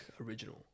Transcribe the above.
original